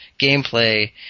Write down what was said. gameplay